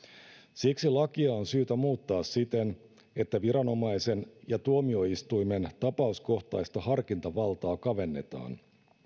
siksi lakia on syytä muuttaa siten että viranomaisen ja tuomioistuimen tapauskohtaista harkintavaltaa kavennetaan